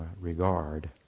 regard